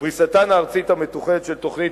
פריסתן הארצית המתוכננת של תוכנית